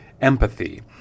empathy